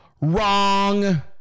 Wrong